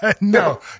No